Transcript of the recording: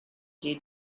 due